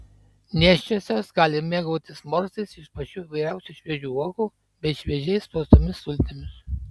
nėščiosios gali mėgautis morsais iš pačių įvairiausių šviežių uogų bei šviežiai spaustomis sultimis